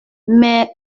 mais